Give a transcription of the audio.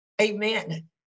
Amen